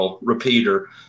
Repeater